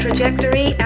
Trajectory